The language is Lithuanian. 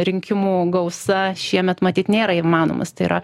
rinkimų gausa šiemet matyt nėra įmanomas tai yra